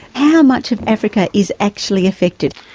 yeah much of africa is actually affected?